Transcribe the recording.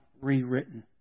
rewritten